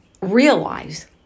realize